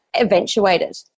eventuated